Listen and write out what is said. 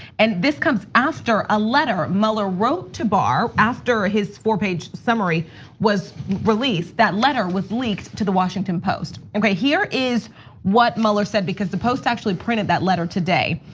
and this comes after a letter mueller wrote to barr after his four page summary was released, that letter was leaked to the washington post. okay, here is what mueller said, because the post actually printed that letter today.